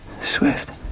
Swift